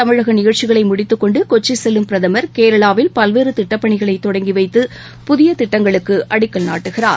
தமிழகநிகழ்ச்சிகளைமுடித்துக் கொண்டுகொச்சிசெல்லும் பிரதமர் கேரளாவில் பல்வேறுதிட்டப் பணிகளைதொடங்கிவைத்து புதியதிட்டங்களுக்குஅடிக்கல் நாட்டுகிறார்